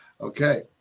Okay